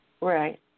Right